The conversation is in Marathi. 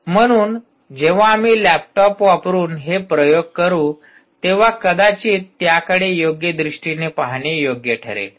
म्हणून जेव्हा आम्ही लॅपटॉप वापरुन हे प्रयोग करू तेव्हा कदाचित त्याकडे योग्य दृष्टीने पाहणे योग्य ठरेल